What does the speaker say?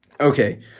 Okay